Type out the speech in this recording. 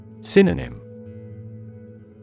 Synonym